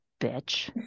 bitch